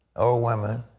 or women.